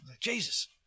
Jesus